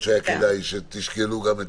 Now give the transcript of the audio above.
שומעים.